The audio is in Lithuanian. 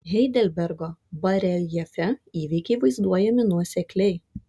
heidelbergo bareljefe įvykiai vaizduojami nuosekliai